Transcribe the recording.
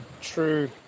true